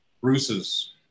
Bruce's